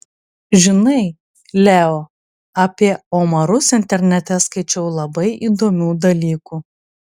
žinai leo apie omarus internete skaičiau labai įdomių dalykų